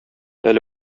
әле